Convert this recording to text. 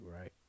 right